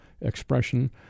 expression